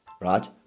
right